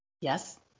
Yes